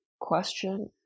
question